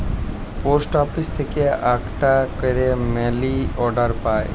post office থেক্যে আকটা ক্যারে মালি অর্ডার পায়